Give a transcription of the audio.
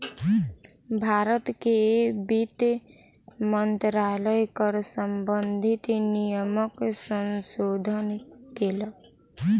भारत के वित्त मंत्रालय कर सम्बंधित नियमक संशोधन केलक